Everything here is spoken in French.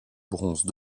bronze